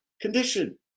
condition